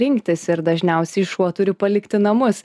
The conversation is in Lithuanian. rinktis ir dažniausiai šuo turi palikti namus